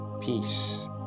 peace